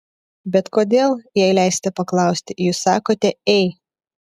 bet kodėl jei leisite paklausti jūs sakote ei